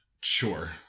Sure